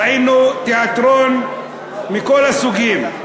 ראינו תיאטרון מכל הסוגים,